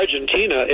argentina